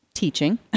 teaching